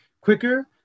quicker